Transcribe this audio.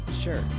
Sure